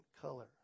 color